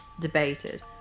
debated